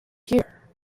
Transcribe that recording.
here